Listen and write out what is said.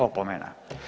Opomena.